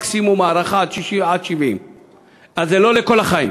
מקסימום הארכה עד 70. אז זה לא לכל החיים.